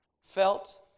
Felt